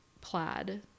plaid